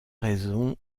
raison